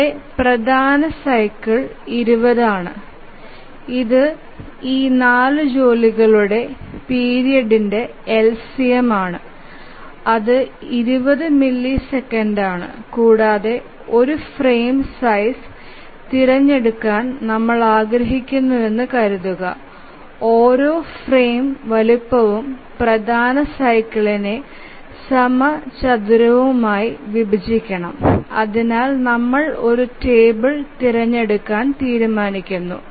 ഇവിടെ പ്രധാന സൈക്കിൾ 20 ആണ് ഇത് ഈ നാല് ജോലികളുടെ പീരിയഡ്ന്ടെ LCM ആണ് അത് 20 മില്ലിസെക്കൻഡാണ് കൂടാതെ ഒരു ഫ്രെയിം സൈസ് തിരഞ്ഞെടുക്കാൻ നമ്മൾ ആഗ്രഹിക്കുന്നുവെന്ന് കരുതുക ഓരോ ഫ്രെയിം വലുപ്പവും പ്രധാന സൈക്കിളിനെ സമചതുരമായി വിഭജിക്കണം അതിനാൽ നമ്മൾ ഒരു ടേബിൾ തിരഞ്ഞെടുക്കാൻ തീരുമാനിക്കുന്നു